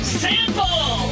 sample